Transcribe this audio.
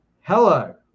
Hello